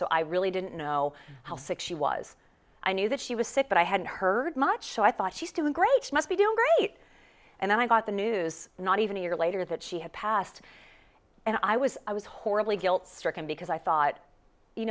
so i really didn't know how sick she was i knew that she was sick but i hadn't heard much so i thought she's doing great she must be doing great and i got the news not even a year later that she had passed and i was i was horribly guilt stricken because i thought you